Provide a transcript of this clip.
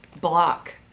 block